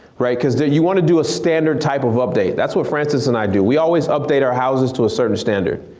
cause you want to do a standard type of update. that's what francis and i do, we always update our houses to a certain standard.